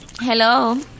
Hello